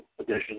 edition